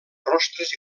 rostres